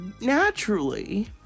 naturally